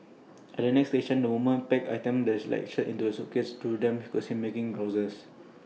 at the next station the women packed items like shirts into A suitcase though some could be heard making grouses